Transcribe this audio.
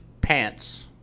pants